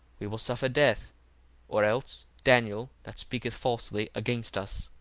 we will suffer death or else daniel, that speaketh falsely against us.